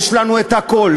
יש לנו את הכול.